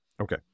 Okay